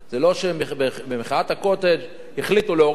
במחאת ה"קוטג'" החליטו להוריד מחיר,